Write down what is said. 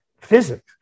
physics